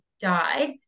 died